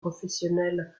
professionnels